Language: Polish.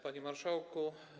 Panie Marszałku!